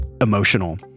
emotional